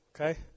okay